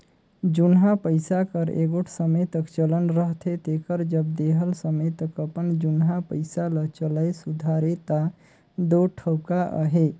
जुनहा पइसा कर एगोट समे तक चलन रहथे तेकर जब देहल समे तक अपन जुनहा पइसा ल चलाए सुधारे ता दो ठउका अहे